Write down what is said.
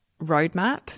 roadmap